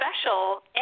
special